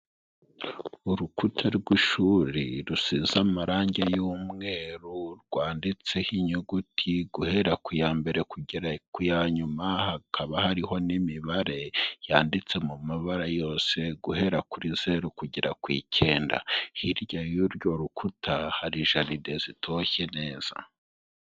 Urukuta rw'ishuri rusiza amarangi y'umweru rwanditseho inyuguti guhera ku ya mbere kugera ku ya nyuma, hakaba hariho n'imibare yanditse mu mabara yose guhera kuri zeru kugera ku icyenda, hirya y'urwo rukuta hari jaride zitoshye neza.